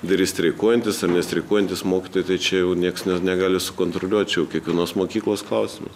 darys streikuojantys ar nestreikuojantys mokytojai tai čia jau nieks ne negali sukontroliuot čia jau kiekvienos mokyklos klausimas